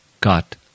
got